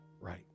right